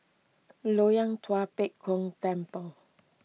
Loyang Tua Pek Kong Temple